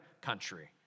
country